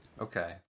Okay